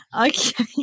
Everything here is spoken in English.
Okay